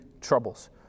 troubles